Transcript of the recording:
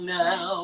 now